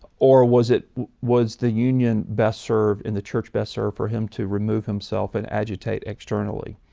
or was it was the union best served, and the church best served for him to remove himself and agitate externally.